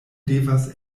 devas